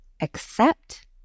accept